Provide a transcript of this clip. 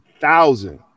thousand